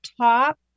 top